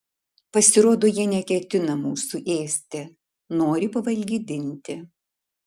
pasirodo jie neketina mūsų ėsti nori pavalgydinti